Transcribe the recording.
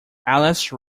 alice